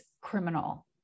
criminal